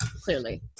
clearly